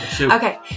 Okay